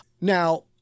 Now